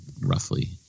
roughly